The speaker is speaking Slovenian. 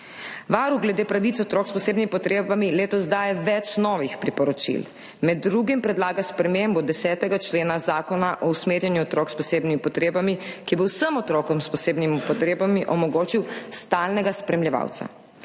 Varuh glede pravic otrok s posebnimi potrebami letos daje več novih priporočil. Med drugim predlaga spremembo 10. člena Zakona o usmerjanju otrok s posebnimi potrebami, ki bo vsem otrokom s posebnimi potrebami omogočil stalnega spremljevalca.